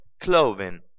Clothing